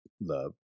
loved